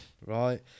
right